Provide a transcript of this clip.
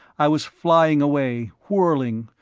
i was flying away, whirling,